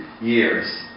years